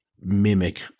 mimic